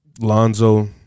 Lonzo